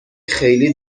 خیلی